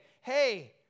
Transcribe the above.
Hey